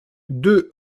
deux